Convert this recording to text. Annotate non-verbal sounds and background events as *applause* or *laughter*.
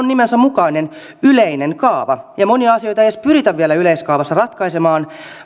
*unintelligible* nimensä mukainen yleinen kaava ja monia asioita ei edes pyritä ratkaisemaan vielä yleiskaavassa